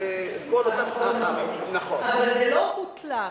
אבל זה לא הותלה,